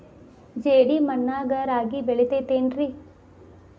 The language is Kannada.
ಜೇಡಿ ಮಣ್ಣಾಗ ರಾಗಿ ಬೆಳಿತೈತೇನ್ರಿ?